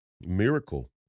miracle